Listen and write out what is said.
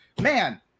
Man